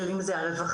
אם זה הרווחה,